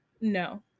no